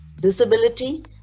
disability